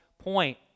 point